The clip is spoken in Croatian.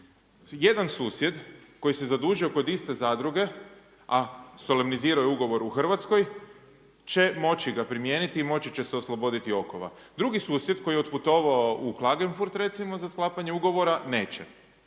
jedan susjed koji se zadužio kod iste zadruge a solemniziraju je ugovor u Hrvatskoj će moći ga primijeniti i moći će se osloboditi okova, drugi susjed koji je otputova u Klagenfurt recimo, za sklapanje ugovora, neće.